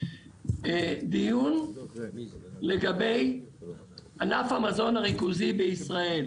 דיון לגבי ענף המזון הריכוזי בישראל,